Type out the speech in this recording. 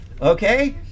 Okay